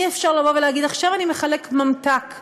אי-אפשר להגיד: עכשיו אני מחלק ממתק,